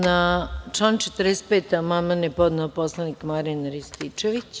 Na član 45. amandman je podneo poslanik Marijan Rističević.